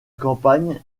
campagne